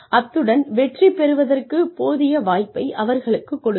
அத்துடன் வெற்றி பெறுவதற்கு போதிய வாய்ப்பை அவர்களுக்குக் கொடுங்கள்